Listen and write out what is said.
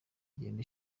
igenda